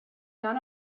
none